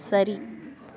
சரி